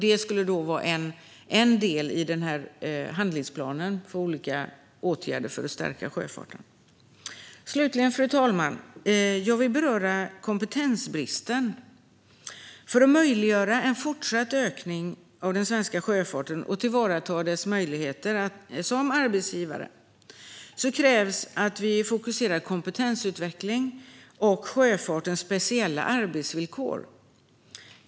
Det skulle vara en del i handlingsplanen med olika åtgärder för att stärka sjöfarten. Slutligen, fru talman, vill jag beröra kompetensbristen. För att möjliggöra en fortsatt ökning av den svenska sjöfarten och tillvarata dess möjlighet som arbetsgivare krävs att vi fokuserar på kompetensutveckling och sjöfartens speciella arbetsvillkor.